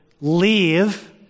leave